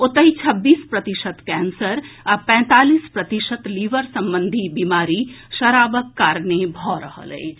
ओतहि छब्बीस प्रतिशत कैंसर आ पैंतालीस प्रतिशत लीवर संबंधी बीमारी शराबक कारणे भऽ रहल अछि